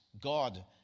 God